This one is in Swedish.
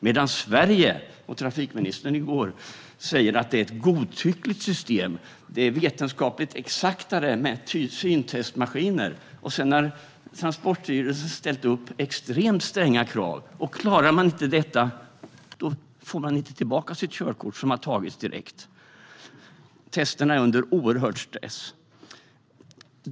Men Sverige och trafikministern säger: Det är ett godtyckligt system. Det är vetenskapligt mer exakt med syntestmaskiner. Sedan har Transportstyrelsen ställt upp extremt stränga krav. Klarar man inte detta får man inte tillbaka sitt körkort, som har tagits direkt. Testerna görs under en oerhörd stress.